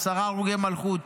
עשרה הרוגי מלכות,